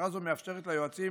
הכשרה זו מאפשרת ליועצים